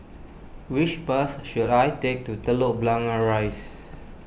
which bus should I take to Telok Blangah Rise